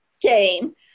game